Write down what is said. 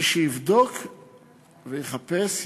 מי שיבדוק ויחפש,